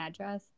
address